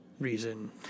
Reason